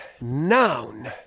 noun